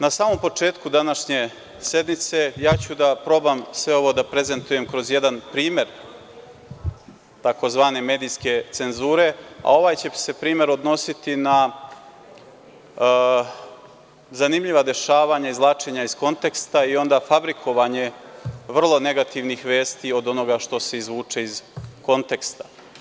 Na samom početku današnje sednice, ja ću da probam sve ovo da prezentujem kroz jedan primer tzv. medijske cenzure, a ovaj će se primer odnositi na zanimljiva dešavanja, izvlačenja iz konteksta i onda fabrikovanje vrlo negativnih vesti od onoga što se izvuče iz konteksta.